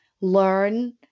learn